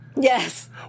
Yes